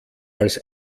als